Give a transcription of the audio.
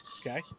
okay